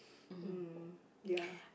mm ya